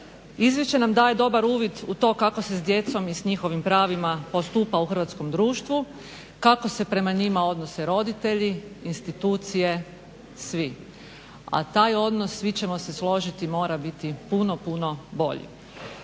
Izvješće nam daje dobar uvid u to kako se s djecom i s njihovim pravima postupa u hrvatskom društvu, kako se prema njima odnose roditelji, institucije, svi. A taj odnosi svi ćemo se složiti mora biti puno, puno bolji.